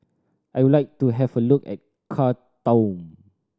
I would like to have a look at Khartoum